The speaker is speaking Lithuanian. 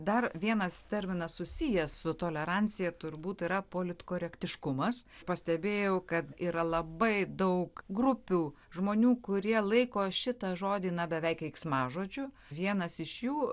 dar vienas terminas susijęs su tolerancija turbūt yra politkorektiškumas pastebėjau kad yra labai daug grupių žmonių kurie laiko šitą žodį na beveik keiksmažodžiu vienas iš jų